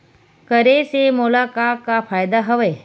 करे से मोला का का फ़ायदा हवय?